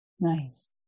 nice